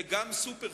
וגם סופר-חברתי.